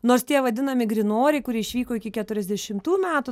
nors tie vadinami grynoriai kurie išvyko iki keturiasdešimtų metų